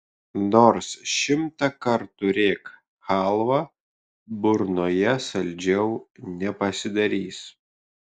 nors šimtą kartų rėk chalva burnoje saldžiau nepasidarys